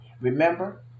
remember